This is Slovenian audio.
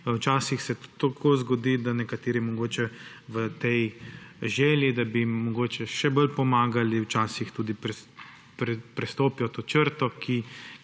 Včasih se tako zgodi, da nekateri mogoče v tej želji, da bi mogoče še bolj pomagali, včasih tudi prestopijo to črto, ki